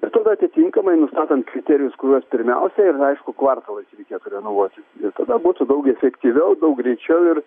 ir tada atitinkamai nustatant kriterijus kuriuos pirmiausiai ir aišku kvartalais reikėtų renovuoti ir tada būtų daug efektyviau daug greičiau ir